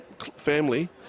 family